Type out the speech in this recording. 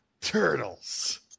Turtles